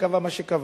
שקבע מה שקבע.